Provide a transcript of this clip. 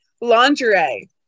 Lingerie